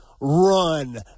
run